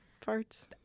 farts